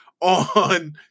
on